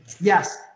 yes